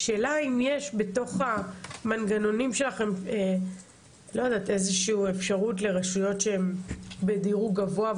האם בתוך המנגנונים שלכם יש אפשרות לרשויות שהן בדירוג גבוה,